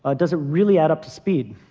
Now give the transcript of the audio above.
ah does it really add up to speed?